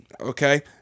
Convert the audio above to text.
okay